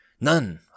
None